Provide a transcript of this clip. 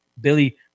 billy